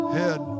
head